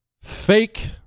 fake